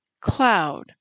cloud